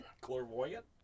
Clairvoyant